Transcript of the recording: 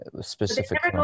specific